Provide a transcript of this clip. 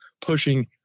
pushing